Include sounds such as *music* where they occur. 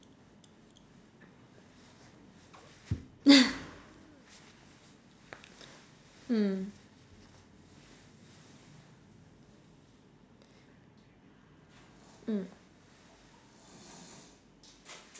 *laughs* mm mm